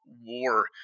war